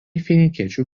finikiečių